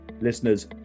listeners